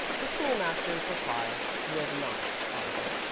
the school-master's reply was not audible.